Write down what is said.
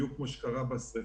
בדיוק כמו שקרה בשריפה,